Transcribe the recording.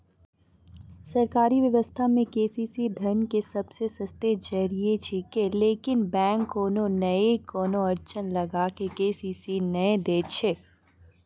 सरकारी व्यवस्था मे के.सी.सी धन के सबसे सस्तो जरिया छिकैय लेकिन बैंक कोनो नैय कोनो अड़चन लगा के के.सी.सी नैय दैय छैय?